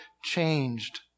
changed